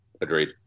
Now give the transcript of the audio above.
Agreed